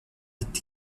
est